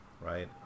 Right